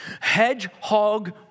hedgehog